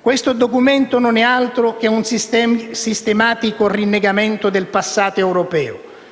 Questo documento non è altro che un sistematico rinnegamento del passato europeo.